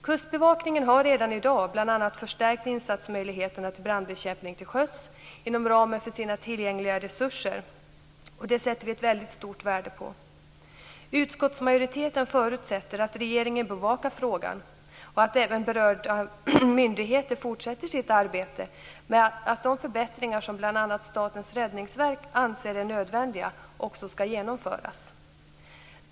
Kustbevakningen har redan i dag bl.a. förstärkt insatsmöjligheten vid brandbekämpning till sjöss inom ramen för sina tillgängliga resurser. Det sätter vi ett väldigt stort värde på. Utskottsmajoriteten förutsätter att regeringen bevakar frågan och att även berörda myndigheter fortsätter sitt arbete så att bl.a. de förbättringar som Statens räddningsverk anser är nödvändiga också skall genomföras.